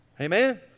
amen